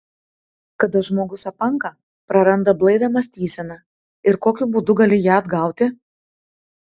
kada žmogus apanka praranda blaivią mąstyseną ir kokiu būdu gali ją atgauti